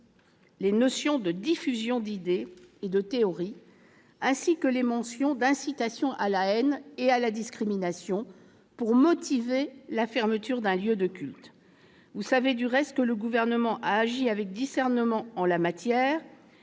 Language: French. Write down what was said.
les notions de diffusion d'« idées » et de « théories », ainsi que les mentions d'incitation à la « haine » et à la « discrimination », pour motiver la fermeture d'un lieu de culte. Vous savez du reste que le Gouvernement a agi avec discernement en la matière